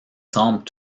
semblent